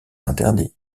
interdits